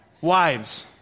Wives